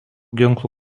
ginklų